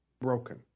broken